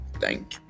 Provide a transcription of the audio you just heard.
Thank